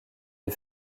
des